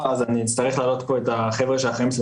אצטרך להעלות את החבר'ה שאחראים על זה